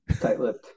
tight-lipped